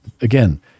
again